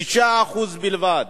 9% בלבד,